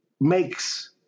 makes